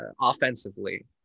offensively